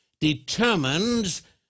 determines